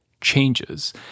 changes